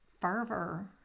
fervor